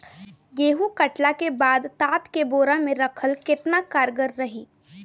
गेंहू कटला के बाद तात के बोरा मे राखल केतना कारगर रही?